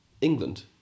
England